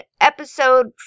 episode